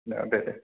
औ दे दे